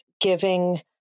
giving